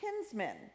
kinsmen